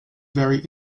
very